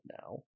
now